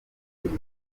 nkuko